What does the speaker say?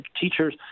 teachers